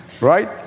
Right